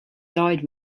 died